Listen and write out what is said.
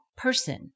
person